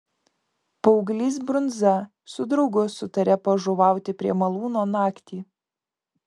paauglys brundza su draugu sutarė pažuvauti prie malūno naktį